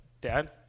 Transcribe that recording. Dad